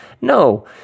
No